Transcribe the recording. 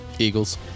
Eagles